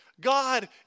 God